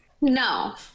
No